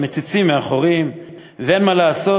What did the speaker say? מציצים מהחורים / ואין מה לעשות,